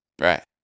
Right